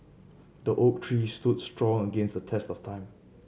the oak tree stood strong against the test of time